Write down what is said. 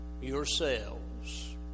yourselves